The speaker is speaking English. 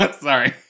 Sorry